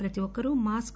ప్రతి ఒక్కరు మాస్క్